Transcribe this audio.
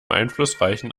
einflussreichen